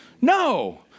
No